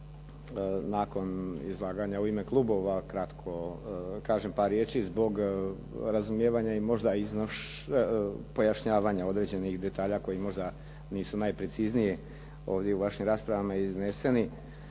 nakon izlaganja u ime klubova kratko kažem par riječi zbog razumijevanja i možda pojašnjavanja određenih detalja koji možda nisu najprecizniji ovdje u vašim raspravama izneseni,